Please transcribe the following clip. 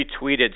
retweeted